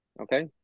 Okay